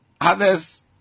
Others